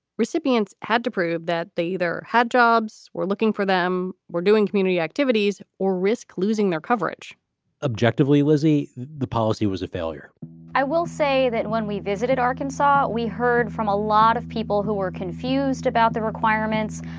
recipients had to prove that they either had jobs or looking for them. we're doing community activities or risk losing their coverage objectively whizzy. the policy was a failure i will say that when we visited arkansas we heard from a lot of people who were confused about the requirements,